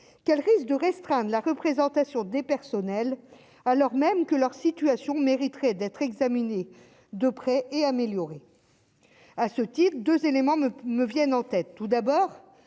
qu'elle risque de restreindre la représentation des personnels, alors même que leur situation mériterait d'être examinée de près et améliorer, à ce titre-2 éléments me me viennent en tête tout d'abord